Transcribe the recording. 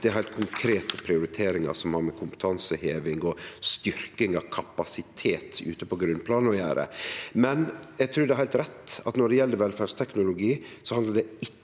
Det er heilt konkrete prioriteringar som har med kompetanseheving og styrking av kapasitet ute på grunnplanet å gjere. Eg trur det er heilt rett at når det gjeld velferdsteknologi, handlar det ikkje